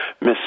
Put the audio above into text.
Miss